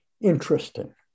interesting